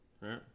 Right